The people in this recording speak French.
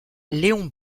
léon